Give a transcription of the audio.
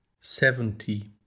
seventy